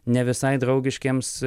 ne visai draugiškiems